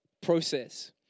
process